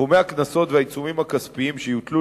סכומי הקנסות והעיצומים הכספיים שיוטלו